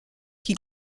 qui